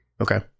Okay